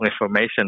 information